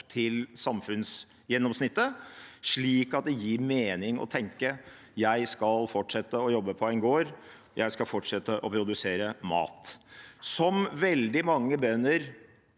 til samfunnsgjennomsnittet, slik at det gir mening å tenke: Jeg skal fortsette å jobbe på en gård, jeg skal fortsette å produsere mat. Det har veldig mange bønder